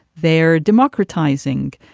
they're democratizing.